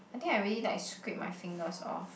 I think I really like scrape my fingers off